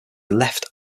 left